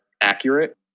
accurate